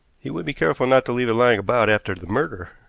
he would be careful not to leave it lying about after the murder,